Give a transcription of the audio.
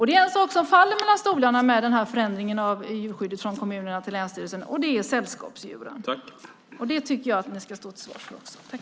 Det är en sak som faller mellan stolarna i och med förändringen av djurskyddet från kommunerna till länsstyrelsen, och det är sällskapsdjuren. Jag tycker att ni ska stå till svars för det också.